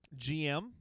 GM